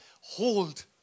hold